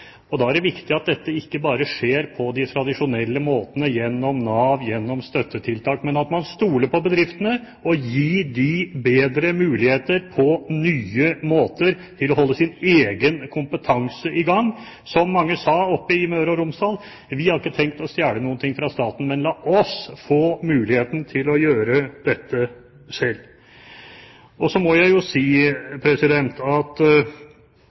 måte». Da er det viktig at dette ikke bare skjer på de tradisjonelle måtene gjennom Nav, gjennom støttetiltak, men at man stoler på bedriftene og gir dem bedre muligheter på nye måter til å holde sin egen kompetanse i gang. Som mange sa i Møre og Romsdal: Vi har ikke tenkt å stjele noe fra staten, men la oss få muligheten til å gjøre dette selv. Når jeg fortsatt hører innlegg om norsk næringslivs fremtid farget av at